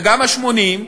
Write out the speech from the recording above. וגם ה-80,